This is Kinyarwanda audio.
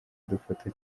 adufata